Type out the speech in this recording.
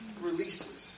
releases